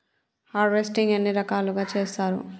Harvesting ఎన్ని రకాలుగా చేస్తరు?